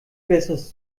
besseres